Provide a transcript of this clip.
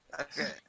Okay